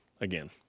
again